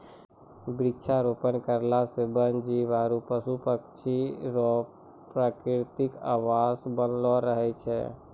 वृक्षारोपण करला से वन जीब आरु पशु पक्षी रो प्रकृतिक आवास बनलो रहै छै